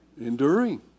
Enduring